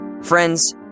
friends